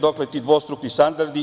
Dokle ti dvostruki standardi?